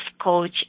coach